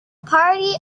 party